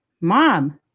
Mom